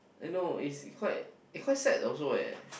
I know it it's quite it quite sad also eh